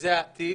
שזה העתיד.